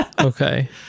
Okay